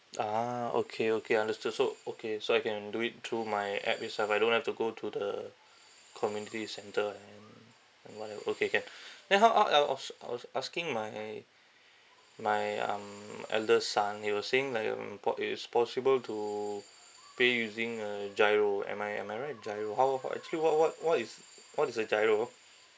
ah okay okay understood so okay so I can do it through my app itself I don't have to go to the community centre and and whatever okay can then how I I was I was asking my my um eldest son he was saying like um po~ is possible to pay using uh GIRO am I am I right GIRO how how actually what what what is what is a GIRO